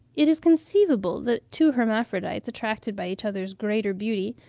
it is conceivable that two hermaphrodites, attracted by each other's greater beauty,